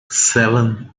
seven